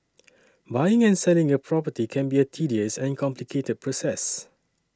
buying and selling a property can be a tedious and complicated process